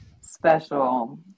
special